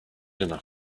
enough